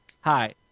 hi